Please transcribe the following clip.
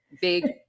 big